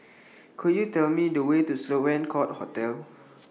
Could YOU Tell Me The Way to Sloane Court Hotel